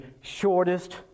shortest